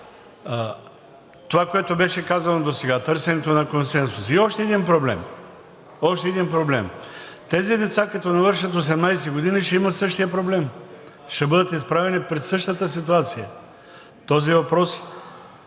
това, което беше казано досега, търсенето на консенсус, и още един проблем. Тези деца, като навършат 18 години, ще имат същия проблем, ще бъдат изправени пред същата ситуация. Този въпрос